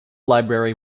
library